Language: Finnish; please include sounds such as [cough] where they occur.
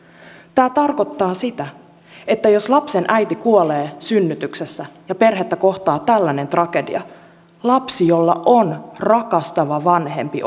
tämä tarkoittaa sitä että jos lapsen äiti kuolee synnytyksessä ja perhettä kohtaa tällainen tragedia lapsi jolla on rakastava vanhempi [unintelligible]